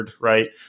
right